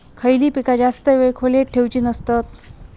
खयली पीका जास्त वेळ खोल्येत ठेवूचे नसतत?